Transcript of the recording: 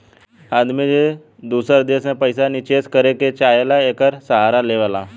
आदमी जे दूसर देश मे पइसा निचेस करे के चाहेला, एकर सहारा लेवला